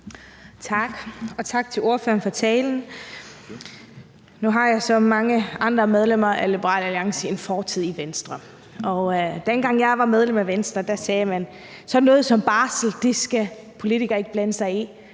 Tak, og tak til ordføreren for talen. Nu har jeg som mange andre medlemmer af Liberal Alliance en fortid i Venstre, og dengang jeg var medlem af Venstre, sagde man: Sådan noget som barsel skal politikere ikke blande sig i;